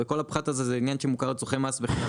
וכל הפחת הזה מוכר לצרכי מס.